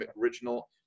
original